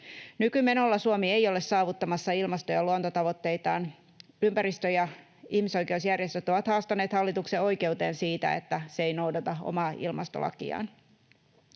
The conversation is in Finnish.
Nykymenolla Suomi ei ole saavuttamassa ilmasto- ja luontotavoitteitaan. Ympäristö- ja ihmisoikeusjärjestöt ovat haastaneet hallituksen oikeuteen siitä, että se ei noudata omaa ilmastolakiaan.